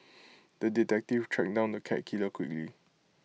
the detective tracked down the cat killer quickly